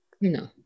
no